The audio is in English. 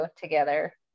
together